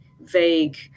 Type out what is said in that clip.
vague